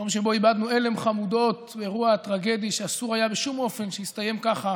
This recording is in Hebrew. יום שבו איבדנו עלם חמודות באירוע טרגי שאסור היה בשום אופן שיסתיים ככה